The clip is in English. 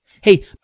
Hey